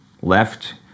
left